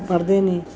ਪੜ੍ਹਦੇ ਨੇ